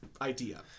idea